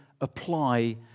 apply